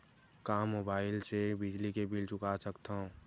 का मुबाइल ले बिजली के बिल चुका सकथव?